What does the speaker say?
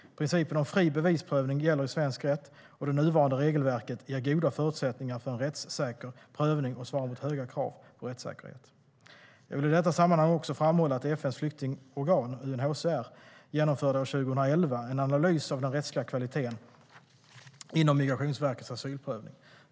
Principen om fri bevisprövning gäller i svensk rätt, och det nuvarande regelverket ger goda förutsättningar för en rättssäker prövning och svarar mot höga krav på rättssäkerhet. Jag vill i detta sammanhang också framhålla att FN:s flyktingorgan, UNHCR, år 2011 genomförde en analys av den rättsliga kvaliteten inom Migrationsverkets asylprövning.